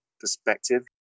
perspective